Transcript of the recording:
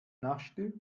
naschte